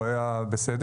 הוא היה בסדר.